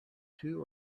two